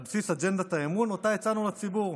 בסיס אג'נדת האמון שאותה הצענו לציבור.